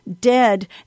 dead